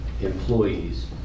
employees